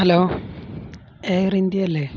hello air ഇന്ത്യയല്ലേ